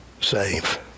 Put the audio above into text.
save